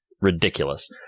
ridiculous